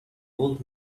old